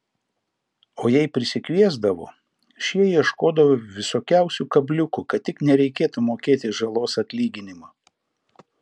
o jei prisikviesdavo šie ieškodavo visokiausių kabliukų kad tik nereikėtų mokėti žalos atlyginimo